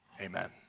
amen